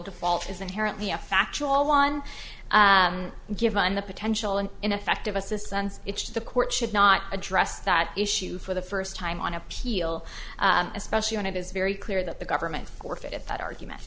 default is inherently a factual one given the potential and ineffective assistance it's the court should not address that issue for the first time on appeal especially when it is very clear that the government or fit at that argument